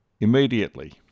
immediately